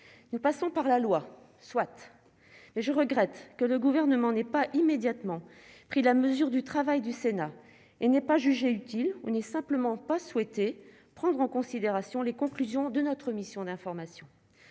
nous passons par la loi, soit, et je regrette que le gouvernement n'est pas immédiatement pris la mesure du travail du Sénat et n'est pas jugé utile ou n'est simplement pas souhaité prendre en considération les conclusions de notre mission d'information,